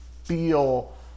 feel